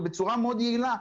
ובצורה מאוד יעילה.